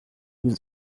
with